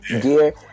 gear